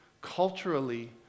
culturally